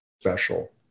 special